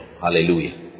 Hallelujah